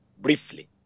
briefly